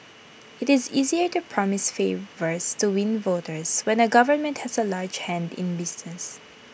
IT is easier to promise favours to win voters when A government has A large hand in business